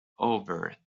over